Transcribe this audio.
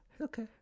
Okay